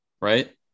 right